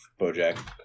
BoJack